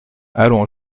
allons